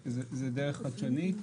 זה די חדשני.